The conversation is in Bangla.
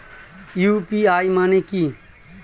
ইউ.পি.আই মানে কি?